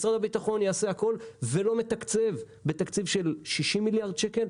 משרד הביטחון יעשה הכול ולא מתקצב בתקציב של 60 מיליון שקלים,